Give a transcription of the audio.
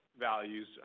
values